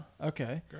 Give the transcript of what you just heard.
okay